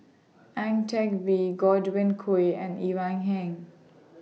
Ang Teck Bee Godwin Koay and Ivan Heng